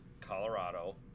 Colorado